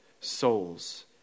souls